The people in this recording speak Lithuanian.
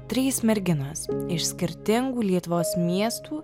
trys merginos iš skirtingų lietuvos miestų